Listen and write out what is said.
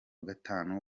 gatanu